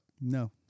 No